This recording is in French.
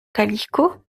calicot